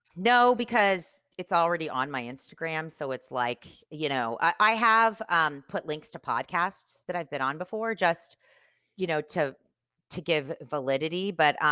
no because it's already on my instagram so it's like you know i have um put links to podcasts that i've been on before just you know to to give validity but um